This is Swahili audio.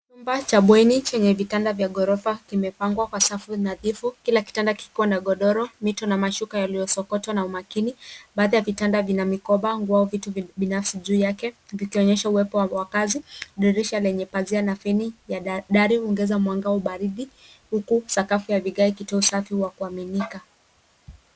Chumba cha bweni chenye vitanda vya ghorofa kimepangwa kwa safu nadhifu kila kitanda kikiwa na godoro, mito na mashuka yaliyosokotwa na umakini. Baadhi ya vitanda vina mikoba, nguo au vitu binafsi juu yake vikionyesha uwepo wa wakaazi. Dirisha lenye pazia na feni ya dari huongeza mwanga au baridi huku sakafu ya vigae ikitoa usafi wa kuaminika.